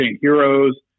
heroes